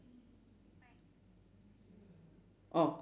orh